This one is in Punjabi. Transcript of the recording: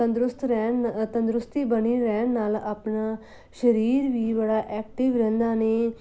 ਤੰਦਰੁਸਤ ਰਹਿਣ ਤੰਦਰੁਸਤੀ ਬਣੀ ਰਹਿਣ ਨਾਲ ਆਪਣਾ ਸਰੀਰ ਵੀ ਬੜਾ ਐਕਟਿਵ ਰਹਿੰਦਾ ਨੇ